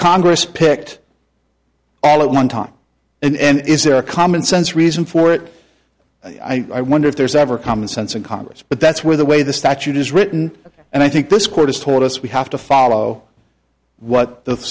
congress picked all at one time and is there a common sense reason for it i wonder if there's ever common sense in congress but that's where the way the statute is written and i think this court has told us we have to follow what the